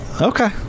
Okay